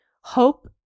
hope